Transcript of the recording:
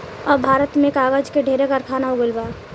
अब भारत में कागज के ढेरे कारखाना हो गइल बा